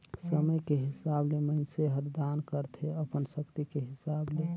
समे के हिसाब ले मइनसे हर दान करथे अपन सक्ति के हिसाब ले